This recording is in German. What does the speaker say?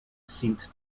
sind